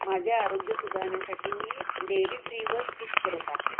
माझे आरोग्य सुधारण्यासाठी मी डेअरी फ्रीवर स्विच करत आहे